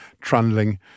trundling